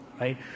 right